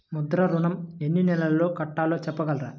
ముద్ర ఋణం ఎన్ని నెలల్లో కట్టలో చెప్పగలరా?